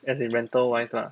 as in rental wise lah